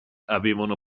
avevano